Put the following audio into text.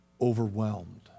overwhelmed